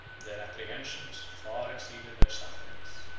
their apprehensions far exceeded their sufferings.